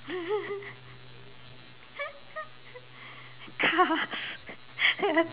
cars